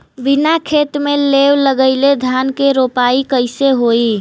बिना खेत में लेव लगइले धान के रोपाई कईसे होई